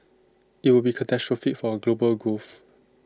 IT would be catastrophic for global growth